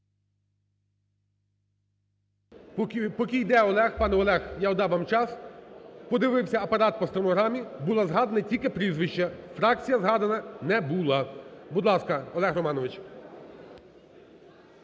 пане Олег, я надам вам час, подивився Апарат по стенограмі, було згадано тільки прізвище, фракція загадана не була. Будь ласка, Олег Романович.